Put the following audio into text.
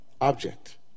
object